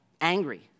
angry